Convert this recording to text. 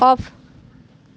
off